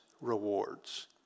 rewards